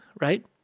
right